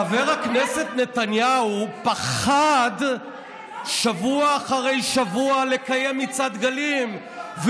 חבר הכנסת נתניהו פחד שבוע אחרי שבוע לקיים מצעד דגלים,